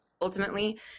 Ultimately